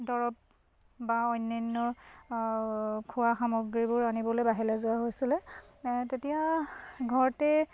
দৰৱ বা অন্যান্য খোৱা সামগ্ৰীবোৰ আনিবলৈ বাহিৰলৈ যোৱা হৈছিলে তেতিয়া ঘৰতে